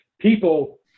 people